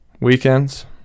weekends